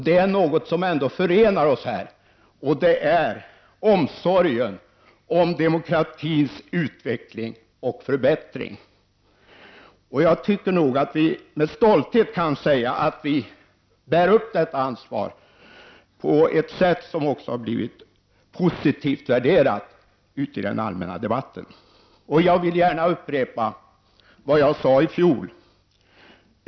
Det som förenar oss är omsorgen om demokratins utveckling och förbättring. Med stolthet kan jag säga att vi bär upp detta ansvar på ett sätt som också har blivit positivt värderat i den allmänna debatten. Jag vill gärna upprepa vad jag sade i fjol.